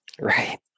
right